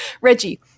Reggie